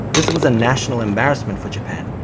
this was a national embarrassment for japan.